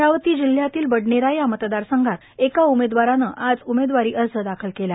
अमरावती जिल्ह्यातील बडनेरा या मतदारसंघात एका उमेदवारानं आज उमेदवारी अर्ज दाखल केला